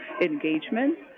engagement